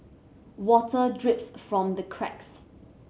water drips from the cracks